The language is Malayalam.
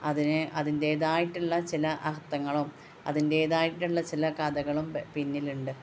അതിന് അതിൻ്റേതായിട്ടുള്ള ചില അർത്ഥങ്ങളും അതിൻ്റേതായിട്ടുള്ള ചില കഥകളും പിന്നിലുണ്ട്